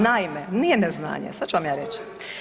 Naime, nije neznanje, sad ću vam ja reći.